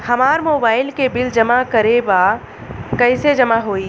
हमार मोबाइल के बिल जमा करे बा कैसे जमा होई?